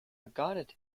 regarded